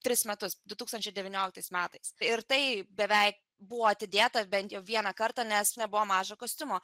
tris metus du tūkstančiai devynioliktais metais ir tai beveik buvo atidėta bent jau vieną kartą nes nebuvo mažo kostiumo